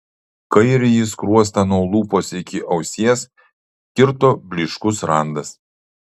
kairįjį skruostą nuo lūpos iki ausies kirto blyškus randas